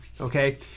Okay